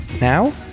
Now